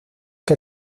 que